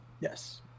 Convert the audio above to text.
Yes